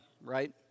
right